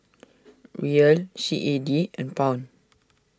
Riel C A D and Pound